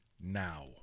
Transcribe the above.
now